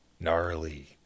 gnarly